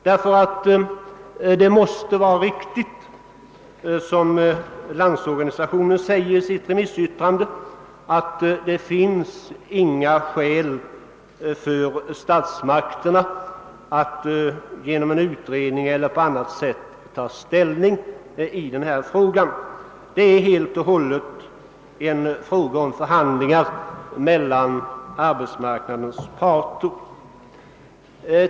Det måste nämligen vara riktigt som Landsorganisationen säger i sitt remissyttrande, att det inte finns några skäl för statsmakterna att genom en utredning eller på annat sätt ta ställning i den här frågan; det är helt och hållet en sak mellan arbetsmarknadens parter.